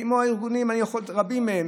ויש רבים מהם,